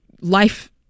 life